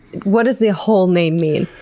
what does the whole name mean?